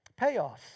payoffs